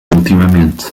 ultimamente